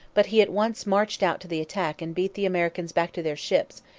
but he at once marched out to the attack and beat the americans back to their ships,